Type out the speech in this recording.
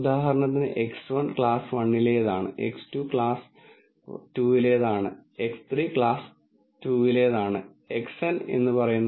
linear കേസിന് തുല്യമായ non linear decision ബൌണ്ടറികൾക്കുള്ള തത്തുല്യമായ ആശയങ്ങൾ വളരെ ശ്രദ്ധയോടെയാണ് ഒരാൾ ഇത് ചെയ്യേണ്ടത് നിങ്ങൾ ലീനിയറിൽ നിന്ന് നോൺ ലീനിയറിലേക്ക് നീങ്ങുന്ന നിമിഷം മറ്റ് നിരവധി ചോദ്യങ്ങൾ ഉയർന്നുവരുന്നു